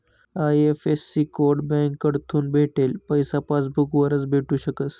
IFSC code बँककडथून भेटेल पैसा पासबूक वरच भेटू शकस